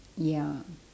ya